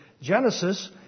Genesis